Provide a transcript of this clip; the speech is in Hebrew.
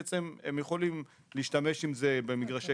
בעצם הם יכולים להשתמש עם זה במגרשי